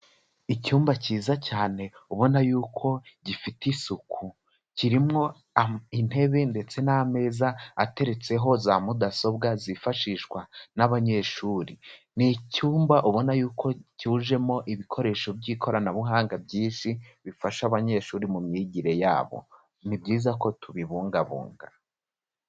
Icyumba cyiza cyane ubona yuko gifite isuku kirimwo intebe ndetse n'ameza ateretseho za Mudasobwa zifashishwa n'abanyeshuri, ni icyumba ubona yuko cyujemo ibikoresho by'ikoranabuhanga byinshi bifasha abanyeshuri mu myigire yabo, ni byiza ko tubibungabunga.